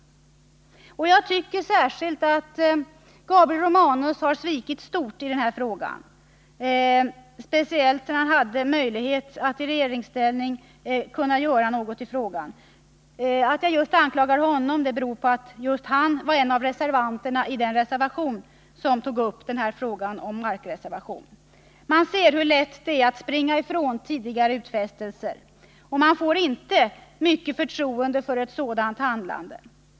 Jag tycker att särskilt Gabriel Romanus har svikit stort i den här frågan, speciellt som han har haft möjlighet att agera i regeringsställning. Att jag anklagar just honom beror på att han var en av dem som tog upp frågan i den reservation jag nyss nämnde. Där ser man hur lätt det är att springa ifrån tidigare utfästelser. Man får inte mycket förtroende för ett sådant handlande.